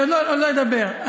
אני עוד לא אדבר.